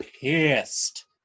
pissed